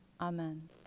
Amen